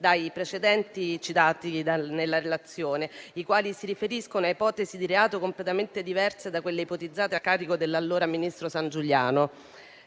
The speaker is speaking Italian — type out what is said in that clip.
dai precedenti citati nella relazione, i quali si riferiscono a ipotesi di reato completamente diverse da quelle ipotizzate a carico dell'allora ministro Sangiuliano.